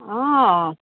অঁ